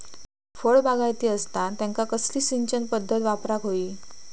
फळबागायती असता त्यांका कसली सिंचन पदधत वापराक होई?